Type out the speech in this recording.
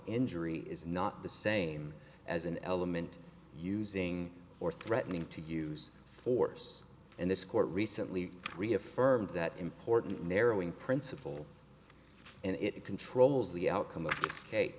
injury is not the same as an element using or threatening to use force and this court recently reaffirmed that important narrowing principle and it controls the outcome of